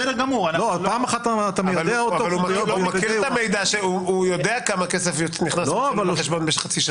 הוא יודע כמה כסף נכנס לו בחשבון במשך חצי שנה.